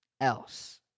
else